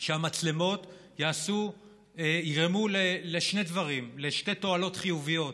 שהמצלמות יגרמו לשני דברים, לשתי תועלות, חיוביות: